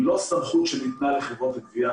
היא לא סמכות שניתנה לחברות הגבייה.